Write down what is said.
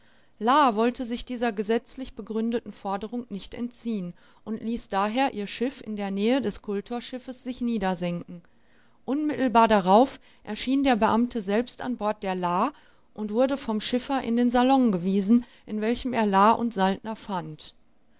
wollte sich dieser gesetzlich begründeten forderung nicht entziehen und ließ daher ihr schiff in der nähe des kultorschiffes sich niedersenken unmittelbar darauf erschien der beamte selbst an bord der la und wurde vom schiffer in den salon gewiesen in welchem er la und saltner fand